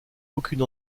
aucune